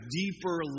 deeper